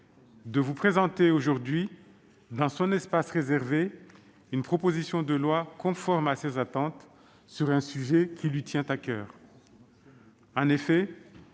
de vous présenter, aujourd'hui, dans son espace réservé, une proposition de loi conforme à ses attentes, sur un sujet qui lui tient à coeur. En effet,